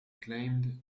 claimed